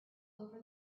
over